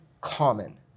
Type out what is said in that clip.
common